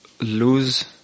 lose